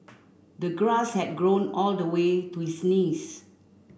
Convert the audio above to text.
the grass had grown all the way to his knees